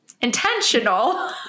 intentional